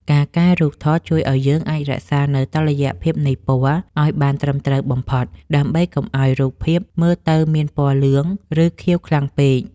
ការកែរូបថតជួយឱ្យយើងអាចរក្សានូវ តុល្យភាពនៃពណ៌ ឱ្យបានត្រឹមត្រូវបំផុត ដើម្បីកុំឱ្យរូបភាពមើលទៅមានពណ៌លឿង ឬខៀវខ្លាំងពេក។